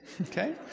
okay